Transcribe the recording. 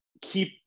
keep